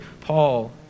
Paul